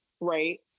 right